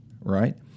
right